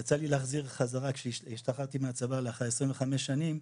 יצא לי להחזיר חזרה כשהשתחררתי מהצבא לאחר 25 שנים